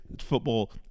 football